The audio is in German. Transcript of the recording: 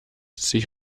sich